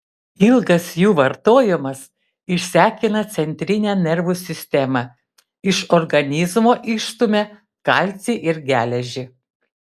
ilgas jų vartojimas išsekina centrinę nervų sistemą iš organizmo išstumia kalcį ir geležį